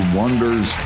wonders